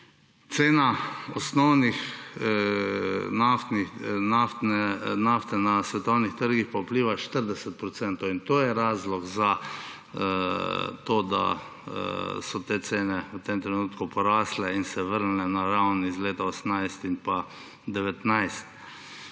Cena nafte na svetovnih trgih pa vpliva 40 %. In to je razlog za to, da so te cene v tem trenutku porasle in se vrnile na ravni iz leta 2018 in pa 2019.